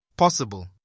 Possible